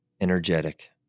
energetic